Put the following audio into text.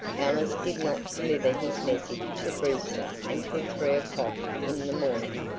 ellis did not deliver his message to brewster until three o'clock in the morning,